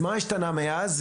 מה השתנה מאז?